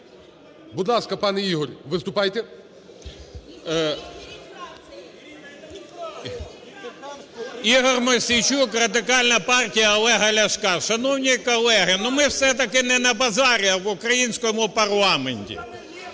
Будь ласка, пане Ігор, виступайте. 11:34:52 МОСІЙЧУК І.В. ІгорМосійчук, Радикальна партія Олега Ляшка. Шановні колеги, ну, ми все-таки не на базарі, а в українському парламенті.